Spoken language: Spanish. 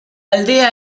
aldea